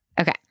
Okay